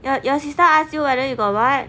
your your sister ask you whether you got what